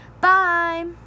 Bye